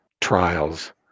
trials